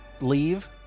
leave